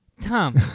Tom